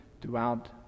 throughout